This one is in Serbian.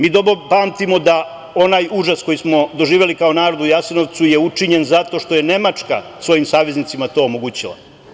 Mi dobro pamtimo da onaj užas koji smo doživeli kao narod u Jasenovcu je učinjen zato što je Nemačka svojim saveznicima to omogućila.